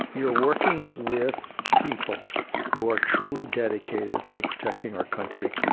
you're working with people who are truly dedicated to protecting our country.